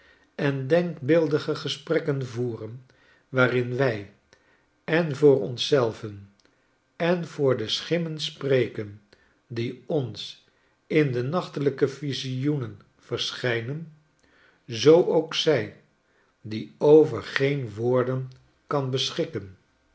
en denkbeeldige gesprekken voeren waarin wij en voor ons zelven en voor de schimmen spreken die ons in de nachtelijke visioenen verschijnen zoo ook zij die over geen woorden kan beschikken